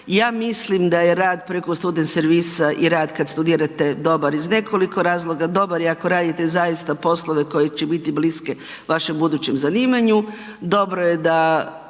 Ja mislim da je rad preko student servisa i rad kad studirate dobar iz nekoliko razloga, dobar je ako radite zaista poslove koji će biti bliske vašem budućem zanimanju, dobro je da